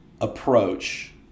approach